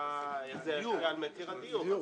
איך זה ישפיע על מחיר הדיור.